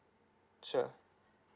sure